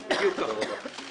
(חבר הכנסת מכלוף מיקי זוהר יוצא מאולם הוועדה).